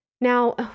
Now